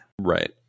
right